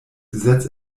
gesetz